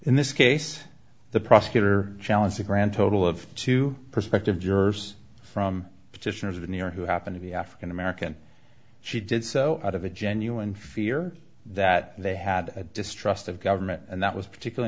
in this case the prosecutor challenged the grand total of two perspective jurors from petitioners of the new york who happen to be african american she did so out of a genuine fear that they had a distrust of government and that was particularly